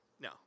No